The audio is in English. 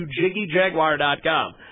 JiggyJaguar.com